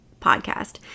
podcast